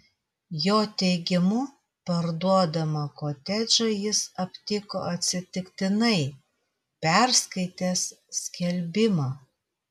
jo teigimu parduodamą kotedžą jis aptiko atsitiktinai perskaitęs skelbimą